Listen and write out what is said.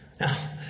Now